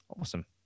awesome